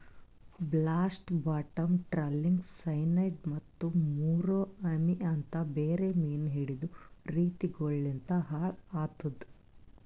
blast, bottom trawling, cyanide ಮತ್ತ ಮುರೋ ಅಮಿ ಅಂತ್ ಬೇರೆ ಮೀನು ಹಿಡೆದ್ ರೀತಿಗೊಳು ಲಿಂತ್ ಹಾಳ್ ಆತುದ್